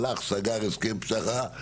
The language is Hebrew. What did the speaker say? הלך, וסגר לו הסכם פשרה הסכם פשרה.